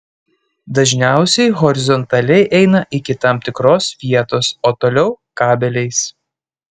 dažniausiai horizontaliai eina iki tam tikros vietos o toliau kabeliais